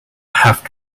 have